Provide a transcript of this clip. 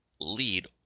lead